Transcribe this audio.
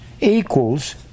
equals